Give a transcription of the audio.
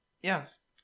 yes